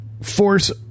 force